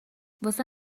واسه